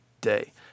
day